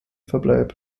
verbleib